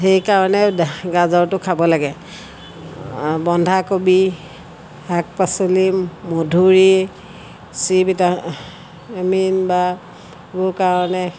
সেইকাৰণে গাজৰটো খাব লাগে বন্ধাকবি শাক পাচলি মধুৰি চি ভিটামিন বা সেইবোৰ কাৰণে